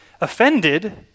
Offended